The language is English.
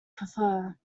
prefer